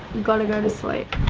gotta go to sleep.